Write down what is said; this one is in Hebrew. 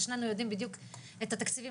ושנינו יודעים בדיוק את התקציבים